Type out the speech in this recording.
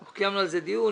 אנחנו קיימנו על זה דיון